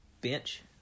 bench